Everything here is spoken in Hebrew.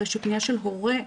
הרי שפניה של הורה,